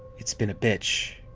it's been a bitch.